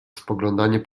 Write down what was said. spoglądanie